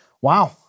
wow